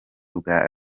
bwa